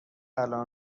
الان